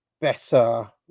better